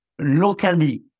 locally